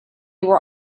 were